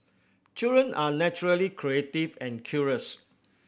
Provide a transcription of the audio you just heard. children are naturally creative and curious